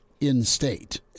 in-state